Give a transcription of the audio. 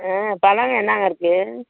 ஆ பழங்க என்னாங்க இருக்குது